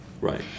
Right